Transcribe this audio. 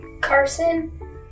Carson